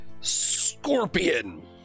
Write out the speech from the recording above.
scorpion